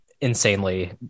insanely